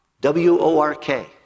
W-O-R-K